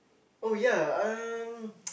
oh ya um